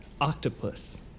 octopus